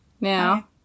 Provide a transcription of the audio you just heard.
Now